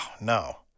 no